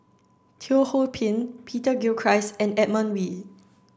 Teo Ho Pin Peter Gilchrist and Edmund Wee